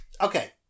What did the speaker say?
okay